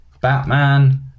Batman